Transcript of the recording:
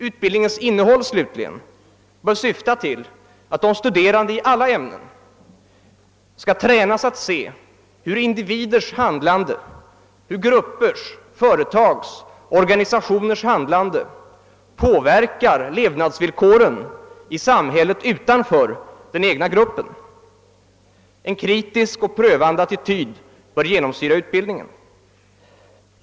Utbildningens innehåll slutligen bör syfta till att de studerande i alla ämnen tränas att se hur individers, gruppers, företags och organisationers handlande påverkar levnadsvillkoren i samhället utanför den egna gruppen. En kritisk och prövande attityd bör genomsyra utbildningen.